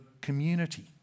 community